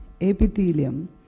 epithelium